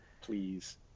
Please